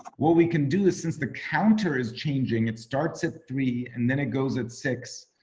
what we can do is since the counter is changing, it starts at three and then it goes at six.